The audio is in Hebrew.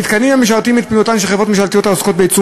המתקנים המשרתים את פעילותן של חברות ממשלתיות העוסקות בייצור